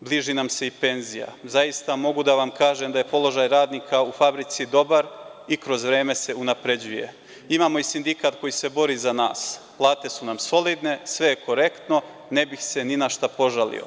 bliži nam se i penzija; zaista, mogu da vam kažem da je položaj radnika u fabrici dobar i kroz vreme se unapređuje; imamo i sindikat koji se bori za nas; plate su nam solidne, sve je korektno, ne bih se ni na šta požalio.